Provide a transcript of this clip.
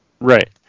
Right